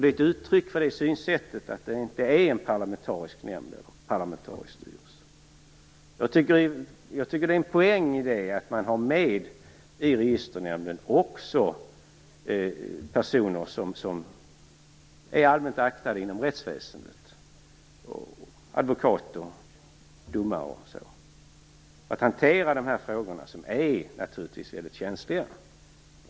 Det är ett uttryck för synsättet att det inte är en parlamentarisk nämnd. Jag tycker att det finns en poäng i att man också har med personer som är allmänt aktade inom rättsväsendet, t.ex. advokater och domare, i Registernämnden för att hantera dessa frågor som är mycket känsliga.